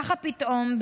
ככה פתאום,